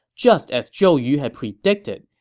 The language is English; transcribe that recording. just as zhou yu had predicted,